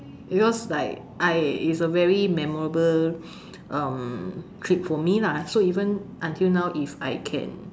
because like I it's a very memorable um trip for me lah so even until now if I can